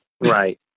Right